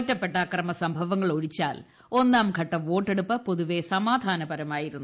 ഒറ്റപ്പെട്ട അക്രമസംഭവങ്ങളൊഴിച്ചാൽ ഒന്നീട് ഘട്ട വോട്ടെടുപ്പ് പൊതുവെ സമാധാനപരമായിരുന്നു